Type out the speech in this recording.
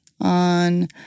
on